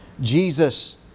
Jesus